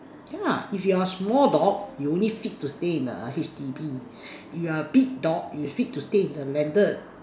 yeah if you're a small dog you only fit to stay in a H D B if you're a big dog you're fit to stay in the landed